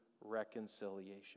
reconciliation